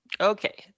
Okay